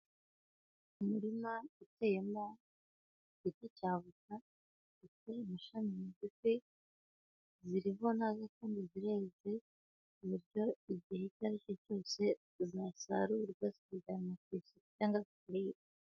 Umurima uteyemo igiti cya voka gifite amashami magufi kandi zireze ku buryo igihe icyo ari cyo cyose zasarurwa zikajyanwa ku isoko.